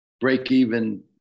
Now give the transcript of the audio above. break-even